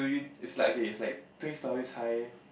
is like okay is like three stories high